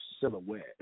silhouette